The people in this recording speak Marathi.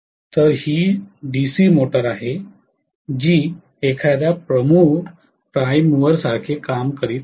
तर ही डीसी मोटर आहे जी एखाद्या प्रमुख प्राइम मूवर सारखे काम करत आहे